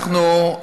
אנחנו,